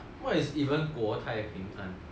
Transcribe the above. what is even 国泰平安